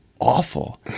awful